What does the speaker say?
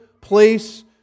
place